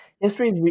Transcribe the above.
History